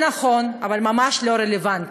זה נכון, אבל ממש לא רלוונטי.